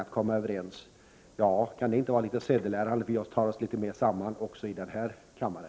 Kan det inte vara sedelärande, så att vi tar oss litet mera samman också i denna kammare?